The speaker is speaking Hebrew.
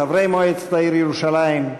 חברי מועצת העיר ירושלים,